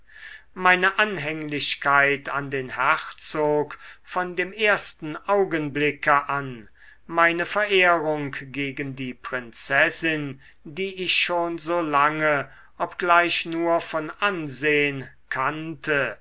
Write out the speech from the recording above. meine anhänglichkeit an den herzog von dem ersten augenblicke an meine verehrung gegen die prinzessin die ich schon so lange obgleich nur von ansehn kannte